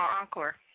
Encore